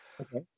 Okay